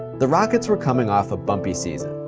the rockets were coming off a bumpy season.